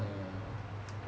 err